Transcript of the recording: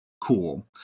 cool